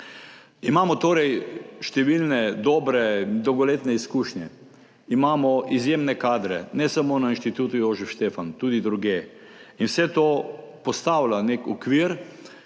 Imamo torej številne dobre dolgoletne izkušnje, imamo izjemne kadre, ne samo na Inštitutu Jožef Stefan, tudi drugje, in vse to postavlja nek okvir,